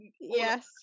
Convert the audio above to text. Yes